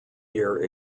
year